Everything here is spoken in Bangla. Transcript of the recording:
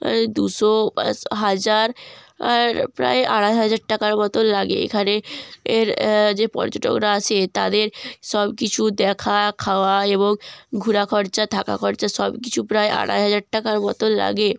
এই দুশো পাঁশ হাজার প্রায় আড়াই হাজার টাকার মতোন লাগে এখানে এর যে পর্যটকরা আসে তদের সব কিছু দেখা খাওয়া এবং ঘুরা খরচা থাকা খরচা সব কিছু প্রায় আড়াই হাজার টাকার মতোন লাগে